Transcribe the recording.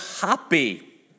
happy